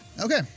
Okay